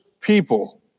people